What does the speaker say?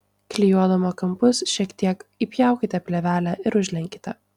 klijuodama kampus šiek tiek įpjaukite plėvelę ir užlenkite